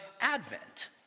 Advent